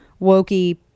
wokey